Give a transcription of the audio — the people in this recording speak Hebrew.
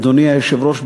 אדוני היושב-ראש,